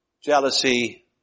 jealousy